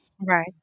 right